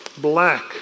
Black